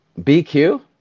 bq